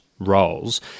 roles